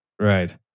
Right